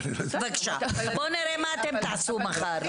בבקשה, בואו נראה מה תעשו מחר.